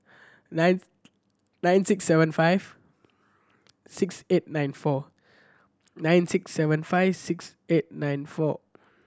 nine nine six seven five six eight nine four nine six seven five six eight nine four